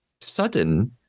Sudden